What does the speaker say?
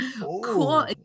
cool